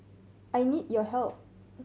I need your help